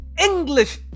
English